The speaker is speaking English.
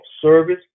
service